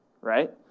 right